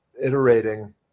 iterating